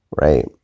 Right